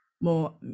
more